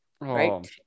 right